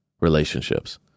relationships